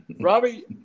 Robbie